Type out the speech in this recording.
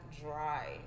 dry